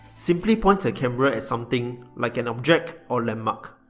simply point the camera at something like an object or landmark,